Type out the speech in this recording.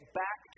back